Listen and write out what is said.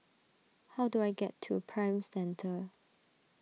how do I get to Prime Centre